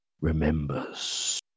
Remembers